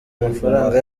amafaranga